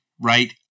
Right